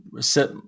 set